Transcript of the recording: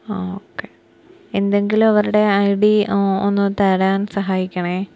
ആ ഓക്കെ എന്തെങ്കിലും അവരുടെ ഐ ഡി ഒന്ന് തരാൻ സഹായിക്കണെ